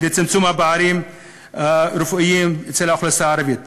לצמצום הפערים הרפואיים אצל האוכלוסייה הערבית.